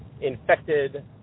infected